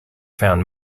found